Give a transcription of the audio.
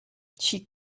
she